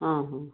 ହଁ ହଁ